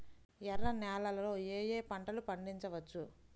ఎర్ర నేలలలో ఏయే పంటలు పండించవచ్చు?